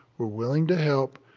we're willing to help.